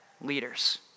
leaders